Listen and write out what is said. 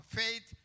faith